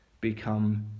become